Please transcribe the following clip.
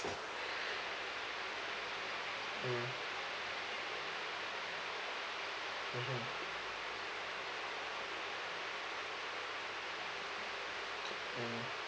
mm